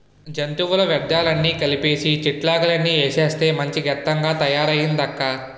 జంతువుల వ్యర్థాలన్నీ కలిపీసీ, చెట్లాకులన్నీ ఏసేస్తే మంచి గెత్తంగా తయారయిందక్కా